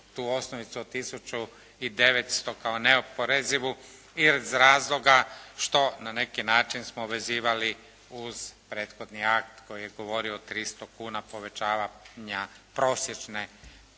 tu osnovicu od 1900 kao neoporezivu i iz razloga što na neki način smo vezivali uz prethodni akt koji je govorio o 300 kuna povećavanja prosječne